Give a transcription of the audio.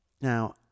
Now